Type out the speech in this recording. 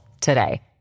today